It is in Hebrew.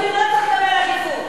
לא צריך לקבל עדיפות.